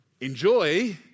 Enjoy